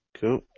Cool